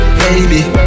baby